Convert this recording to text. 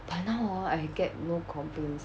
but now hor I get more complements